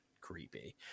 creepy